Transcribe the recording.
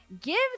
give